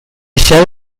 shell